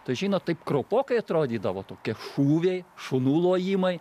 tai žinot taip kraupokai atrodydavo tokie šūviai šunų lojimai